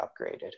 upgraded